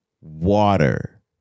Water